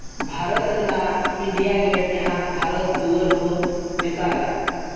ᱵᱷᱟᱨᱚᱛ ᱨᱮᱭᱟᱜ India gate ᱡᱟᱦᱟᱸ ᱵᱷᱟᱨᱚᱛ ᱫᱩᱣᱟᱹᱨ ᱦᱚᱸᱵᱚᱱ ᱢᱮᱛᱟᱜᱟᱜᱼᱟ